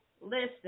listen